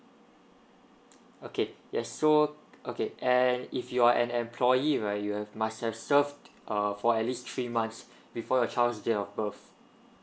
okay yes so okay and if you're an employee right you have must have served uh for at least three months before your child date of birth